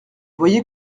voyez